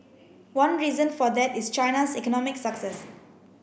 one reason for that is China's economic success